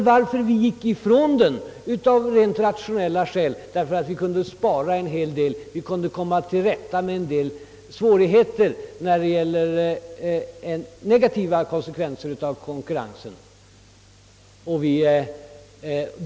Vi fann, som jag sade, att det vore mer rationellt att ha ett enda företag med två programledningar; vi skulle härigenom kunna spara en hel del och komma ifrån vissa av de negativa konsekvenser som en konkurrens skulle få.